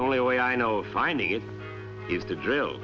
the only way i know finding it is to drill